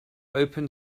open